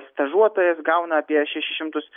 stažuotojas gauna apie šešis šimtus